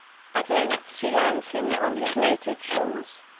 at length she lands him on his native shores,